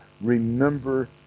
remember